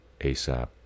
ASAP